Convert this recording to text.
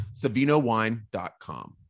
SavinoWine.com